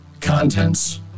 Contents